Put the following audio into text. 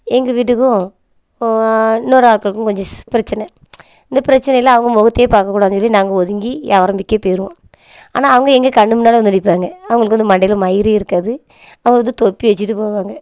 எங்க வீட்டுக்கும் இன்னொரு ஆட்களுக்கும் கொஞ்சம் பிரச்சனை இந்த பிரச்சனையில் அவங்க முகத்தையே பார்க்க கூடாது அப்படின்னு சொல்லி நாங்கள் ஒதுங்கி வியாபாரம் விற்க போய்டுவோம் ஆனால் அவங்க எங்கள் கண்ணு முன்னால் வந்து நிற்பாங்க அவங்களுக்கு வந்து மண்டையில் மயிரே இருக்காது அவங்க வந்து தொப்பி வச்சுட்டு போவாங்க